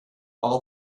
all